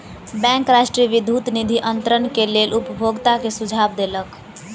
bank राष्ट्रीय विद्युत निधि अन्तरण के लेल उपभोगता के सुझाव देलक